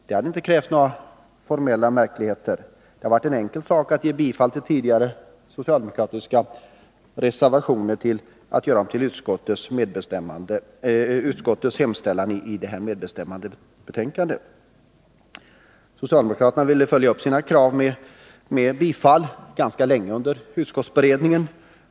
Det hade inte krävts formella märkligheter. Det hade varit enkelt att tillstyrka de tidigare socialdemokra tiska reservationerna och göra dem till utskottets hemställan i detta medbestämmandebetänkande. Socialdemokraterna ville ganska länge under utskottsberedningen följa upp sina krav med ett tillstyrkande.